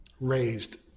raised